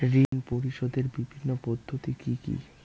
ঋণ পরিশোধের বিভিন্ন পদ্ধতি কি কি?